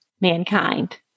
mankind